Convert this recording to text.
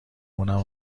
مونم